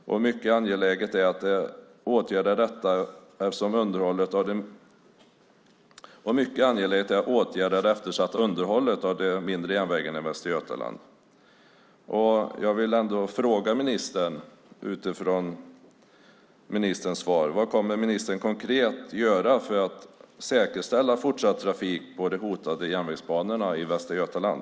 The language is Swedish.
Det är mycket angeläget att åtgärda det eftersatta underhållet av de mindre järnvägarna i Västra Götaland. Utifrån ministerns svar undrar jag vad ministern konkret kommer att göra för att säkerställa fortsatt trafik på de hotade järnvägsbanorna i Västra Götaland.